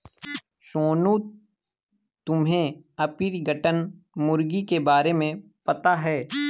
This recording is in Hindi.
सोनू, तुम्हे ऑर्पिंगटन मुर्गी के बारे में पता है?